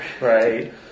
Right